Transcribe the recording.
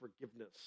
forgiveness